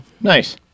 Nice